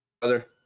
brother